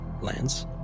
Lance